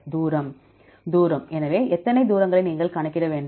தூரம் எனவே எத்தனை தூரங்களை நீங்கள் கணக்கிட வேண்டும்